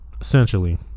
Essentially